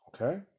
Okay